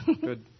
Good